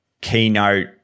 keynote